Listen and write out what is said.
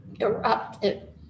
erupted